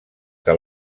que